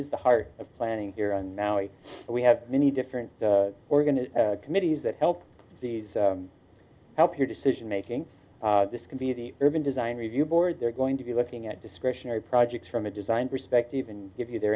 is the heart of planning here and now here we have many different organised committees that help help here decision making this can be the urban design review board they're going to be looking at discretionary projects from a design perspective and give you their